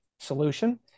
solution